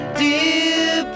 dear